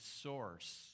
source